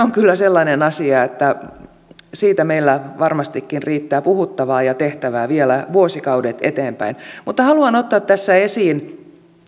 on kyllä sellainen asia että siitä meillä varmastikin riittää puhuttavaa ja tehtävää vielä vuosikaudet eteenpäin mutta haluan ottaa tässä esiin